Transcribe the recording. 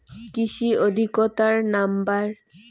কৃষি অধিকর্তার নাম্বার?